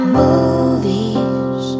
movies